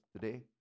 today